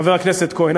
חבר הכנסת כהן,